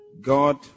God